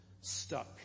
stuck